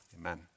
amen